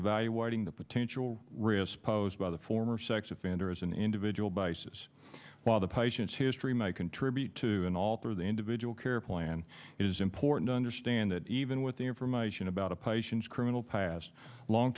evaluating the potential risks posed by the former sex offender as an individual basis while the patient's history may contribute to an alter the individual care plan is important to understand that even with the information about a patient's criminal past long